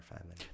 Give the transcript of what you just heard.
family